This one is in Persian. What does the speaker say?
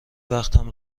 وقتم